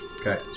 Okay